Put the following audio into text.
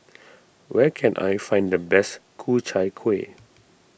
where can I find the best Ku Chai Kueh